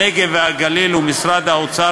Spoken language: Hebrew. הנגב והגליל ומשרד האוצר,